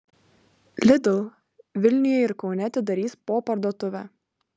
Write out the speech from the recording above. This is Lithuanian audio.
lidl vilniuje ir kaune atidarys po parduotuvę